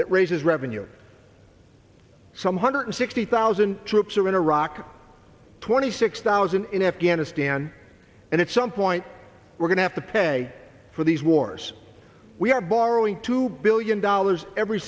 that raises revenue some hundred sixty thousand troops are in iraq twenty six thousand in afghanistan and it's some point we're going to have to pay for these wars we are borrowing two billion dollars every